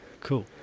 cool